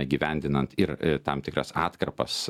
įgyvendinant ir tam tikras atkarpas